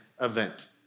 Event